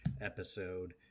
episode